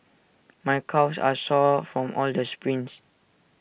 my calves are sore from all the sprints